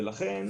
ולכן,